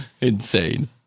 Insane